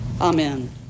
Amen